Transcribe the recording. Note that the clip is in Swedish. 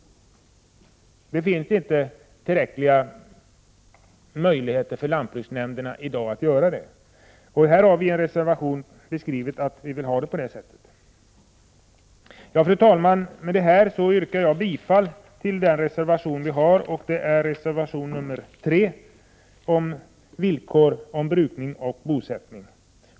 Det finns inte tillräckliga möjligheter för lantbruksnämnderna i dag att utöva sådana påtryckningar. Vi har en reservation där vi beskriver att så vill vi ha det. Fru talman! Jag yrkar bifall till reservation 3 som rör villkor om brukning och bosättning.